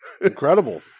Incredible